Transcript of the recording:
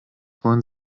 wollen